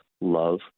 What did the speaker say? love